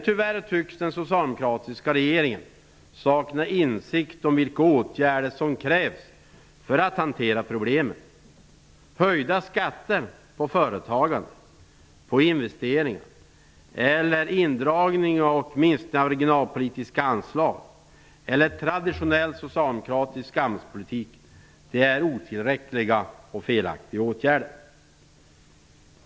Tyvärr tycks den socialdemokratiska regeringen sakna insikt om vilka åtgärder som krävs för att hantera problemen. Höjda skatter på företagande och investeringar, indragning och minskning av regionalpolitiska anslag eller traditionell socialdemokratisk arbetsmarknadspolitik är otillräckliga och felaktiga åtgärder.